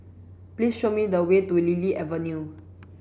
please show me the way to Lily Avenue